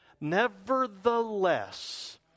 Nevertheless